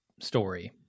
story